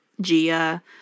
Gia